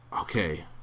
okay